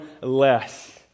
less